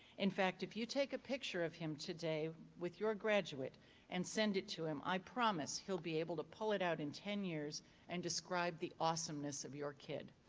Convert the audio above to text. in fact, if you take a picture of him today the your graduate and send it to him, i promise he'll be able to pull it out in ten years and describe the awesomeness of your kid.